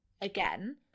again